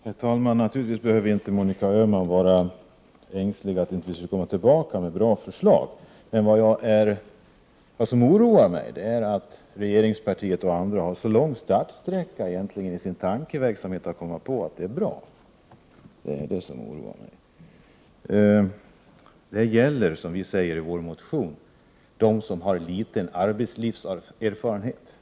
Herr talman! Monica Öhman behöver naturligtvis inte vara ängslig över att vpk inte skall komma tillbaka med bra förslag. Men det som oroar mig är att regeringspartiet och andra har så lång startsträcka i sin tankeverksamhet när det gäller att komma fram till att vårt förslag är bra. Denna garanti skall, som vi säger i vår motion, gälla för dem som har liten arbetslivserfarenhet.